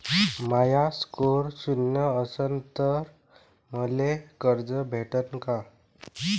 माया score शून्य असन तर मले कर्ज भेटन का?